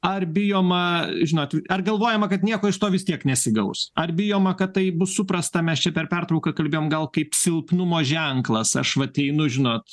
ar bijoma žinot ar galvojama kad nieko iš to vis tiek nesigaus ar bijoma kad tai bus suprasta mes čia per pertrauką kalbėjom gal kaip silpnumo ženklas aš vat einu žinot